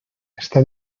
está